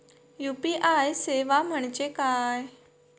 UPI सेवा म्हणजे काय?